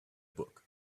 book